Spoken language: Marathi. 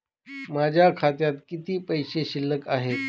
माझ्या खात्यात किती पैसे शिल्लक आहेत?